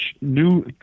new